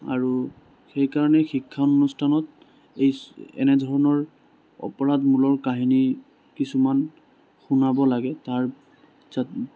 আৰু সেইকাৰণেই শিক্ষা অনুষ্ঠানত এই এনেধৰণৰ অপৰাধমূলৰ কাহিনী কিছুমান শুনোৱাব লাগে তাৰ